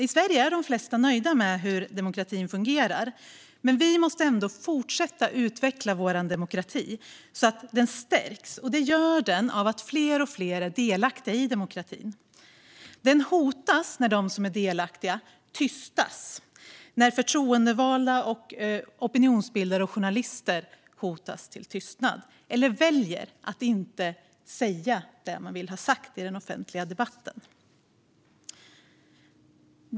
I Sverige är de flesta nöjda med hur demokratin fungerar, men vi måste ändå fortsätta att utveckla vår demokrati så att den stärks. Det gör den genom att fler och fler blir delaktiga i den. Den hotas när de som är delaktiga tystas, det vill säga när förtroendevalda, opinionsbildare och journalister hotas till tystnad eller väljer att inte säga det de vill ha sagt i den offentliga debatten.